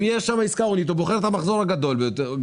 אם יש שם עסקה הונית והוא בוחר את המחזור הגדול יותר,